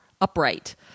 upright